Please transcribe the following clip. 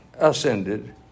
ascended